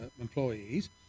employees